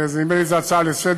ונדמה לי שזו גם הצעה לסדר-היום,